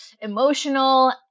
emotional